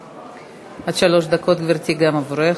עד שלוש דקות, גברתי, גם עבורך.